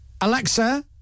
Alexa